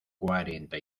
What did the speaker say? cuarenta